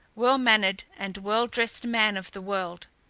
well-mannered, and well-dressed man of the world.